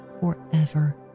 forever